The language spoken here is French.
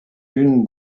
une